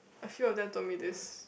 a few of them told me this